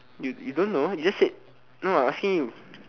you you don't know you just said no I asking you